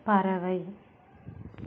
பறவை